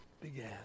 began